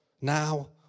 Now